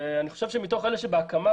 אני גם חושב שמתוך אלה שבהקמה,